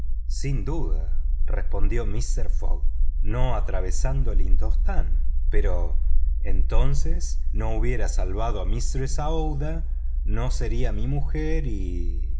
sin duda respondió mister fogg no atravesando el indostán pero entonces no hubiera salvado a mistress aouida no sería mi mujer y